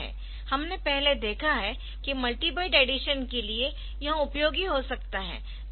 हमने पहले देखा है कि मल्टी बाइट एडिशन के लिए यह उपयोगी हो सकता है